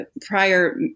prior